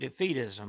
defeatism